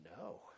no